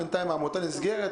בינתיים העמותה נסגרת,